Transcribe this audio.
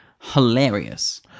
hilarious